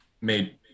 made